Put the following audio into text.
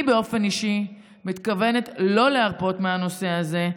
אני באופן אישי מתכוונת לא להרפות מהנושא הזה.